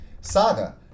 Saga